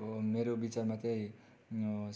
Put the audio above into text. अब मेरो विचारमा त्यही